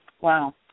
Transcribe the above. Wow